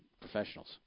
professionals